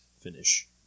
finish